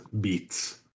beats